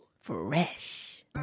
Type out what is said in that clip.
Fresh